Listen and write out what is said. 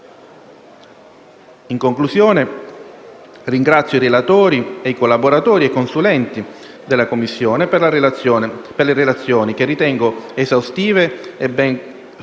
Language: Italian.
In conclusione, ringrazio i relatori, i collaboratori e i consulenti della Commissione per le relazioni, che ritengo esaustive e ben fatte,